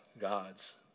God's